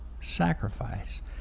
sacrifice